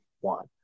one